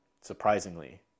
surprisingly